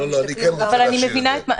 מסתכלים גם ------ אני כן רוצה להשאיר את זה.